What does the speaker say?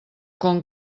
com